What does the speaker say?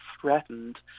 threatened